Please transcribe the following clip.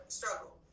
struggle